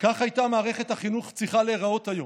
כך הייתה מערכת החינוך צריכה להיראות היום,